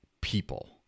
people